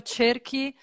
cerchi